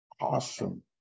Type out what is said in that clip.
awesome